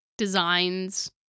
designs